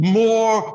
more